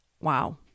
wow